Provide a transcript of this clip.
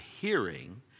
hearing